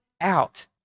out